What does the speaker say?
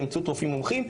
באמצעות רופאים מומחים.